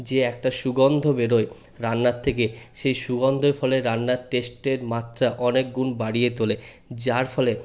যে একট সুগন্ধ বেরোয় রান্নার থেকে সেই সুগন্ধের ফলে রান্নার টেস্টের মাত্রা অনেক গুণ বাড়িয়ে তোলে যার ফলে